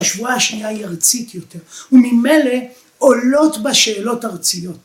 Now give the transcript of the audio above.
‫השבועה השנייה היא ארצית יותר, ‫וממילא עולות בה שאלות ארציות.